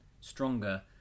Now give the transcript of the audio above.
stronger